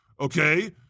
Okay